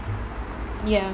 ya